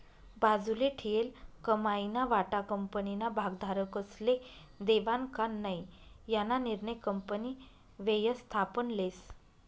बाजूले ठीयेल कमाईना वाटा कंपनीना भागधारकस्ले देवानं का नै याना निर्णय कंपनी व्ययस्थापन लेस